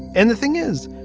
and the thing is,